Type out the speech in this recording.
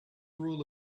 rule